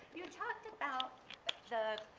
you talked about the